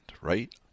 right